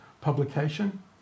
publication